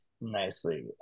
nicely